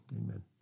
amen